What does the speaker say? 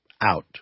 out